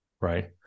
Right